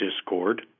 Discord